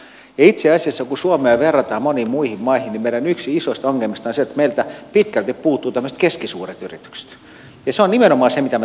itse asiassa kun suomea verrataan moniin muihin maihin niin yksi meidän isoista ongelmista on se että meiltä pitkälti puuttuu tämmöiset keskisuuret yritykset ja se on nimenomaan se mitä me tarvitsisimme enemmän